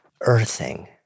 earthing